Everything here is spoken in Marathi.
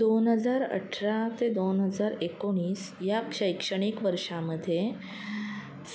दोन हजार अठरा ते दोन हजार एकोणीस या शैक्षणिक वर्षामध्ये